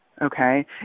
okay